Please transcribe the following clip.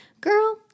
girl